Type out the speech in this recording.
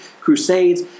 crusades